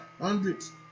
hundreds